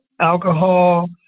alcohol